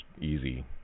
easy